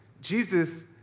Jesus